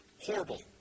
Horrible